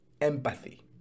Empathy